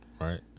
Right